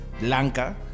blanca